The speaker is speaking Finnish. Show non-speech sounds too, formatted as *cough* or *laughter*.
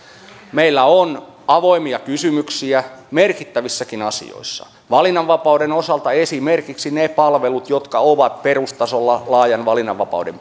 meillä on avoimia kysymyksiä merkittävissäkin asioissa valinnanvapauden osalta esimerkiksi ne palvelut jotka ovat perustasolla laajan valinnanvapauden *unintelligible*